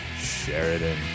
Sheridan